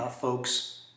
folks